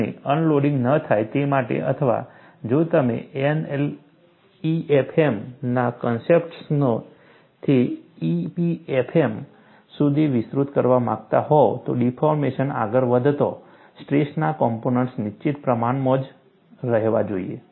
અને અનલોડિંગ ન થાય તે માટે અથવા જો તમે NLEFM ના કન્સેપ્ટ્સને થી EPFM સુધી વિસ્તૃત કરવા માંગતા હોવ તો ડિફોર્મેશન આગળ વધતાં સ્ટ્રેસના કોમ્પોનન્ટ્સ નિશ્ચિત પ્રમાણમાં જ રહેવા જોઈએ